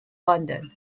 london